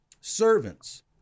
Servants